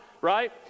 right